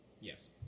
Yes